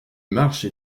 marche